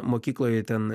mokykloj ten